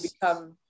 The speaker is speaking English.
become